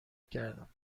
کردم